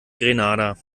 grenada